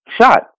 shot